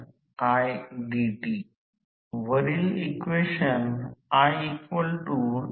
तर ही सोपी युक्ती रोटर सर्किटला स्टेटर वारंवारता संदर्भित करते